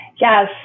Yes